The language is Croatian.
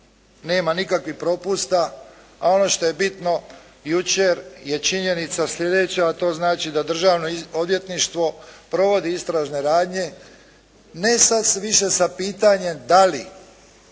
nema nikakvih propusta. A ono što je bitno jučer je činjenica sljedeća, a to znači da Državno odvjetništvo provodi istražne radnje ne sad više sa pitanjem da li